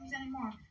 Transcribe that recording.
anymore